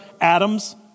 Adam's